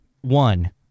One